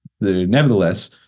nevertheless